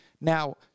Now